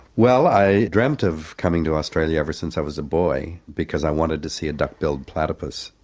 well, i dreamed of coming to australia ever since i was a boy, because i wanted to see a duck billed platypus.